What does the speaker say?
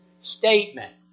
statement